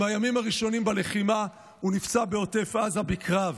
בימים הראשונים בלחימה הוא נפצע בעוטף עזה בקרב.